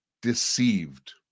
deceived